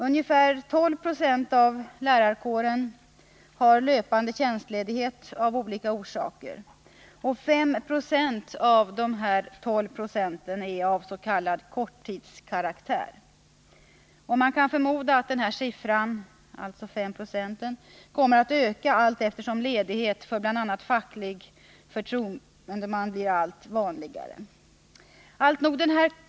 Ungefär 12 96 av lärarkåren har löpande tjänstledighet av olika orsaker, och 5 96 av dessa 12 är av s.k. korttidskaraktär. Man kan förmoda att siffran 5,96 kommer att öka allteftersom ledighet för bl.a. facklig förtroendeman blir allt vanligare.